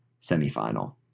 semifinal